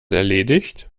erledigt